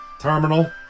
Terminal